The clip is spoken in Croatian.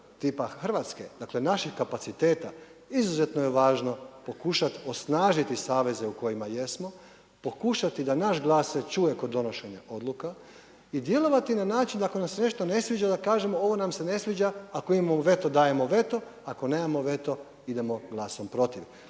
tipa Hrvatske, dakle naših kapaciteta izuzetno je važno pokušat osnažiti saveze u kojima jesmo, pokušati da naš glas se čuje kod donošenje odluka i djelovati na način da sve što ne sviđa, da kažemo ovo nam se ne sviđa ako imamo veto, dajemo veto, ako nemamo veto, idemo glasom protiv.